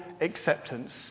acceptance